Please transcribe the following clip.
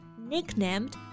nicknamed